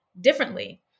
differently